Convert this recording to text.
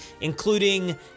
including